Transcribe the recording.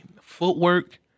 Footwork